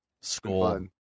School